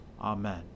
Amen